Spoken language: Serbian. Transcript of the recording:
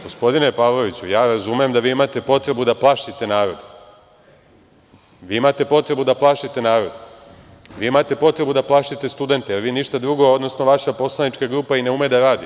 Gospodine Pavloviću, ja razumem da vi imate potrebu da plašite narod, vi imate potrebu da plašite narod, vi imate potrebu da plašite studente, jer vi, odnosno vaša poslanička grupa ništa drugo i ne ume da radi.